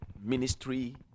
ministry